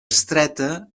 estreta